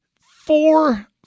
four